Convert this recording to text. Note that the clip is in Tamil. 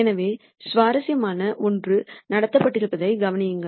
எனவே சுவாரஸ்யமான ஒன்று நடந்திருப்பதைக் கவனியுங்கள்